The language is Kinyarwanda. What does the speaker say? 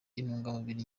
intungamubiri